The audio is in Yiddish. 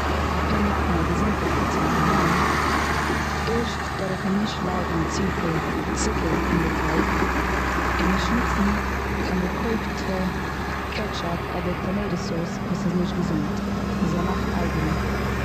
מ'קען מאכן געזונטע פיצא אינדערהיים, ערשט דורכן נישט צופיל צוקער און די טייג, און נישט ניצן קיין געקויפטע קעטשאפ אדער טאמעיטא סאוס וואס איז נישט געזונט. מ'זאל מאכן אייגענע.